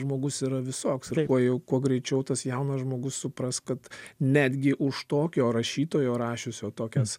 žmogus yra visoks ir kuo jau kuo greičiau tas jaunas žmogus supras kad netgi už tokio rašytojo rašiusio tokias